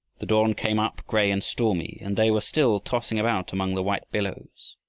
the dawn came up gray and stormy, and they were still tossing about among the white billows.